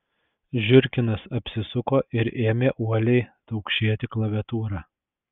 žiurkinas apsisuko ir ėmė uoliai taukšėti klaviatūra